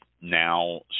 now